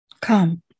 come